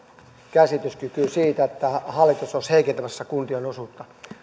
käsitystänne siitä että hallitus olisi heikentämässä kuntien osuutta